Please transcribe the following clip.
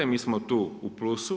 Mi smo tu u plusu.